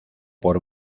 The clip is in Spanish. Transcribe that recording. por